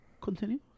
continue